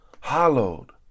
Hallowed